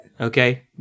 Okay